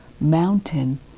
mountain